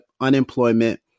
unemployment